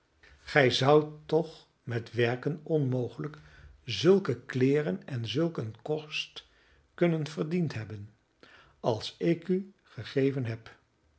gij zoudt toch met werken onmogelijk zulke kleeren en zulk een kost kunnen verdiend hebben als ik u gegeven heb